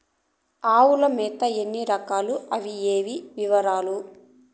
ఆవుల మేత ఎన్ని రకాలు? అవి ఏవి? వివరాలు?